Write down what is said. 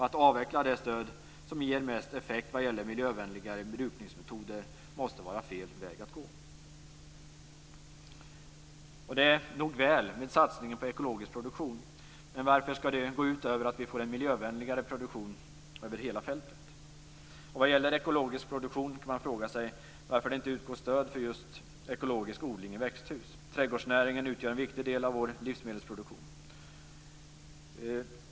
Att avveckla det stöd som ger mest effekt vad gäller miljövänligare brukningsmetoder måste vara fel väg att gå. Det är nog väl med satsningen på ekologisk produktion, men varför ska det gå ut över att vi får en miljövänligare produktion över hela fältet? Och vad gäller ekologisk produktion kan man fråga sig varför det inte utgår stöd för just ekologisk odling i växthus. Trädgårdsnäringen utgör en viktig del av vår livsmedelsproduktion.